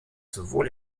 sowohl